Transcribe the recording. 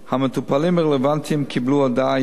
המטופלים הרלוונטיים קיבלו הודעה אישית